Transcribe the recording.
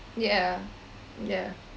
yeah yeah